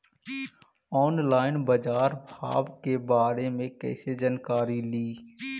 Online बाजार भाव के बारे मे कैसे जानकारी ली?